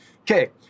Okay